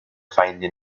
finding